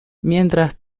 mientras